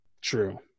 True